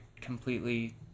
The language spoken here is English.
completely